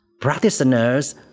practitioners